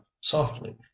softly